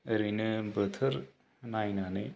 ओरैनो बोथोर नायनानै